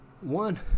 One